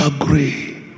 agree